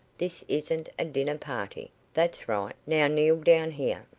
this isn't a dinner-party. that's right. now kneel down here.